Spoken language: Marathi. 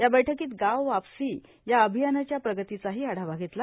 या बैठकीत गाव वापसी या अभियानाच्या प्रगतिचाही आढावा घेतला